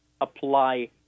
apply